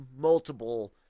multiple